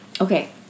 Okay